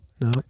no